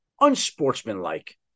Unsportsmanlike